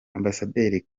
ambasaderi